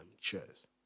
Cheers